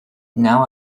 now